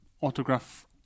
autograph